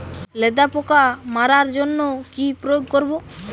লেদা পোকা মারার জন্য কি প্রয়োগ করব?